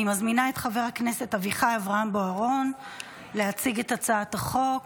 אני מזמינה את חבר הכנסת אביחי אברהם בוארון להציג את הצעת החוק.